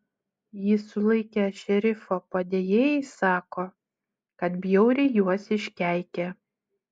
jį sulaikę šerifo padėjėjai sako kad bjauriai juos iškeikė